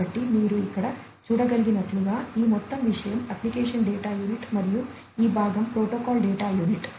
కాబట్టి మీరు ఇక్కడ చూడగలిగినట్లుగా ఈ మొత్తం విషయం అప్లికేషన్ డేటా యూనిట్ మరియు ఈ భాగం ప్రోటోకాల్ డేటా యూనిట్